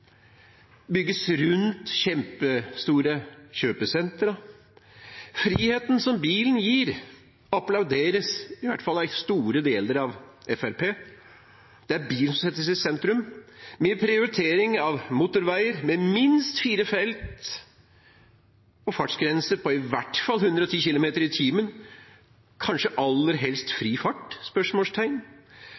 bygges omkring bilen, rundt bilen og rundt kjempestore kjøpesentre. Friheten som bilen gir, applauderes i hvert fall av store deler av Fremskrittspartiet. Det er bilen som settes i sentrum, med prioritering av motorveier med minst fire felt og en fartsgrense på i hvert fall 110 km/t – kanskje aller helst fri fart?